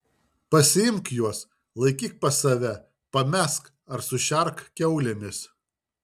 pasiimk juos laikyk pas save pamesk ar sušerk kiaulėmis